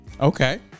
Okay